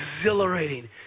exhilarating